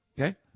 Okay